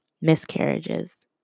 Miscarriages